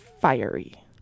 Fiery